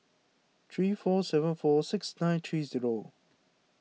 three four seven four six nine three zero